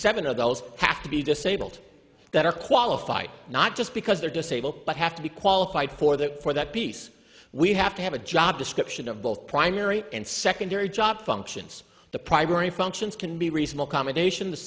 seven of those have to be disabled that are qualified not just because they're disabled but have to be qualified for that for that piece we have to have a job description of both primary and secondary job functions the primary functions can be reasonable combination the